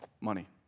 money